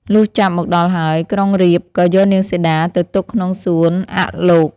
លុះចាប់មកដល់ហើយ ក្រុងរាពណ៍បានយកនាងសីតាទៅទុកក្នុងសួនអលោក។